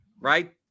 right